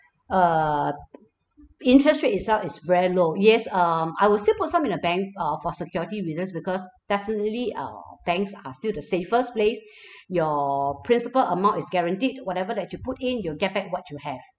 err interest rate itself is very low yes um I will still put some in a bank uh for security reasons because definitely uh banks are still the safest place your principal amount is guaranteed whatever that you put in you'll get back what you have